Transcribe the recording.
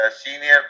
senior